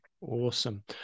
Awesome